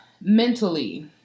mentally